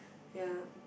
ya